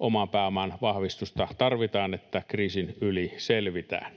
omapääoman vahvistusta tarvitaan, että kriisin yli selvitään.